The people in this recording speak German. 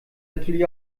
natürlich